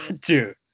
Dude